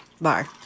bar